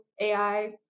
AI